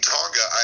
Tonga